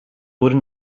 wurde